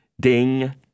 ding